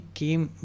came